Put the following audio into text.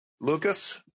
Lucas